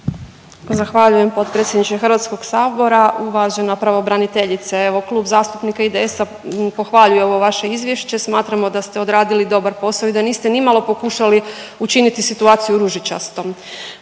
Zahvaljujem potpredsjedniče Hrvatskog sabora. Uvažena pravobraniteljice evo Klub zastupnika IDS-a pohvaljuje ovo vaše izvješće. Smatramo da ste odradili dobar posao i da niste nimalo pokušali učiniti situaciju ružičastom.